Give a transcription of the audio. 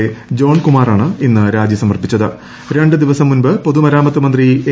A ജോൺകുമാറാണ് ഇന്ന് രാജി സമർപ്പിച്ചത് രണ്ട് ദിവസം മുമ്പ് പൊതുമരാമത്ത് മന്ത്രി എ